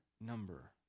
number